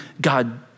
God